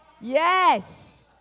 Yes